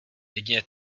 jedině